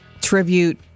tribute